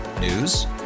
News